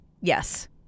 Yes